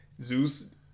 Zeus